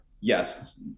Yes